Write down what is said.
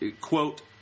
quote